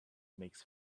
makes